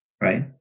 right